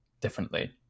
differently